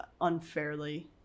unfairly